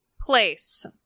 Place